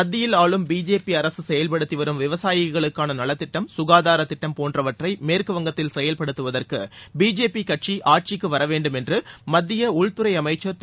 மத்தியில் ஆளும் பிஜேபி அரசு செயல்படுத்தி வரும் விவசாயிகளுக்கான நலத் திட்டம் சுகாதார திட்டம் போன்றவற்றை மேற்கு வங்கத்தில் செயல்படுத்தவதற்கு பிஜேபி கட்சி ஆட்சிக்கு வரவேண்டும் என்று மத்திய உள்துறை அமைச்சர் திரு